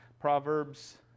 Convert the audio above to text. Proverbs